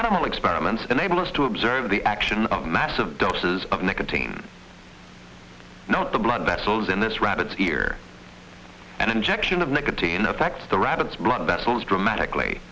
animal experiments enable us to observe the action of massive doses of nicotine not the blood vessels in this rabbit's ear and injection of nicotine affects the rabbit's blood vessels dramatically